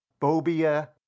phobia